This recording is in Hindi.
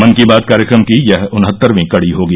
मन की बात कार्यक्रम की यह उनहत्तरवीं कड़ी होगी